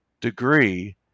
degree